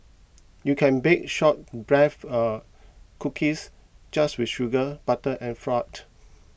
you can bake short breath uh cookies just with sugar butter and